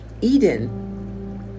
Eden